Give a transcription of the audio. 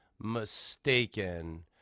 mistaken